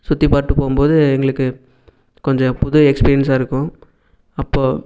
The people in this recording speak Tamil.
சுற்றி பார்த்துட்டு போகும்போது எங்களுக்கு கொஞ்சம் புது எக்ஸ்பீரியன்ஸாக இருக்கும் அப்போது